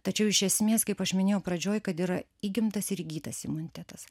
tačiau iš esmės kaip aš minėjau pradžioj kad yra įgimtas ir įgytas imunitetas